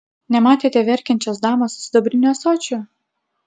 nematėte verkiančios damos su sidabriniu ąsočiu